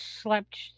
slept